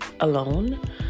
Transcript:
alone